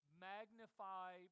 magnify